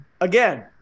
Again